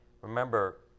Remember